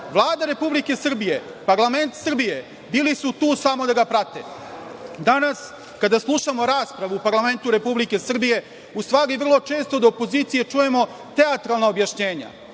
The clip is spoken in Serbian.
Republike Srbije, parlament Srbije bili su tu samo da ga prate. Danas kada slušamo raspravu u parlamentu Srbije, vrlo često od opozicije čujemo teatralna objašnjenja,